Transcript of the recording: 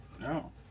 No